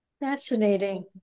Fascinating